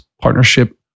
Partnership